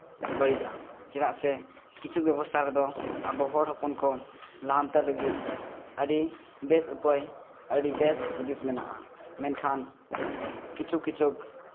ᱵᱟᱹᱲᱤᱡᱼᱟ ᱪᱮᱫᱟᱜ ᱥᱮ ᱠᱤᱪᱷᱩ ᱵᱮᱵᱚᱥᱛᱷᱟ ᱨᱮᱫᱚ ᱟᱵᱚ ᱦᱚᱲ ᱦᱚᱯᱚᱱ ᱠᱚ ᱞᱟᱦᱟᱱᱛᱤᱜ ᱞᱟᱹᱜᱤᱫ ᱟᱹᱰᱤ ᱵᱮᱥ ᱩᱯᱟᱹᱭ ᱟᱹᱰᱤ ᱵᱮᱥ ᱦᱩᱫᱤᱥ ᱢᱮᱱᱟᱜᱼᱟ ᱢᱮᱱᱠᱷᱟᱱ ᱠᱤᱪᱷᱩ ᱠᱤᱪᱷᱩ